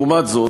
לעומת זאת,